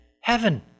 heaven